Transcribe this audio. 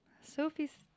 sophie's